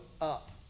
up